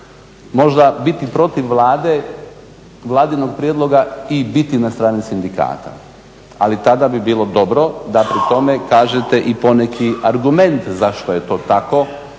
možda biti protiv Vlade, vladinog prijedloga i biti na strani sindikata. Ali tada bi bilo dobro da pri tome kažete i poneki argument zašto je to tako,